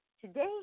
today